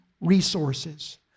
resources